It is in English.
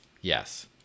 yes